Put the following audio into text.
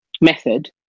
method